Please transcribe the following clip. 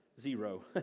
Zero